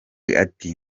ati